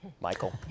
Michael